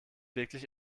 wirklich